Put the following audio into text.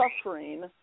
suffering